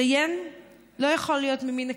דיין לא יכול להיות ממין נקבה.